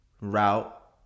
route